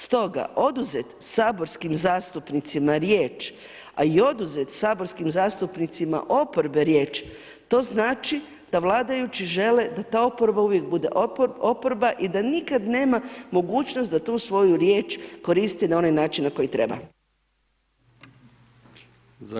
Stoga, oduzeti saborskim zastupnicima riječ, a i oduzeti saborskim zastupnicima oporbe riječ, to znači da vladajući žele da ta oporba uvijek bude oporba i da nikad nema mogućnost da tu svoju riječ koristi na onaj način na koji treba.